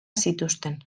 zituzten